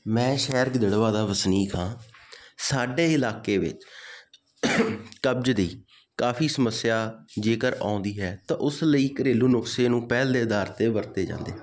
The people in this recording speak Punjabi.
ਮੈਂ ਸ਼ਹਿਰ ਗਿੱਦੜਬਾਹਾ ਦਾ ਵਸਨੀਕ ਹਾਂ ਸਾਡੇ ਇਲਾਕੇ ਵਿੱਚ ਕਬਜ਼ ਦੀ ਕਾਫ਼ੀ ਸਮੱਸਿਆ ਜੇਕਰ ਆਉਂਦੀ ਹੈ ਤਾਂ ਉਸ ਲਈ ਘਰੇਲੂ ਨੁਸਖੇ ਨੂੰ ਪਹਿਲ ਦੇ ਆਧਾਰ 'ਤੇ ਵਰਤੇ ਜਾਂਦੇ